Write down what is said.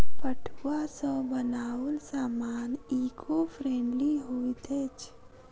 पटुआ सॅ बनाओल सामान ईको फ्रेंडली होइत अछि